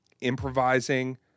improvising